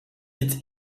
dit